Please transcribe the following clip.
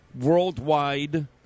worldwide